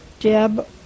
Deb